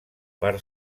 per